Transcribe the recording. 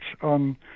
on